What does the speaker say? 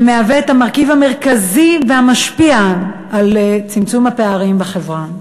שהוא המרכיב המרכזי והמשפיע על צמצום הפערים בחברה.